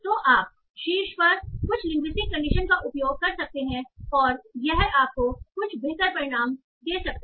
तो आप शीर्ष पर कुछ लिंग्विस्टिक कंडीशन का उपयोग कर सकते हैं और यह आपको कुछ बेहतर परिणाम दे सकता है